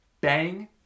bang